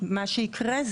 יש איזו בעיה נקודתית.